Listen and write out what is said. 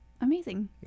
amazing